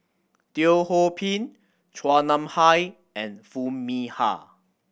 Teo Ho Pin Chua Nam Hai and Foo Mee Har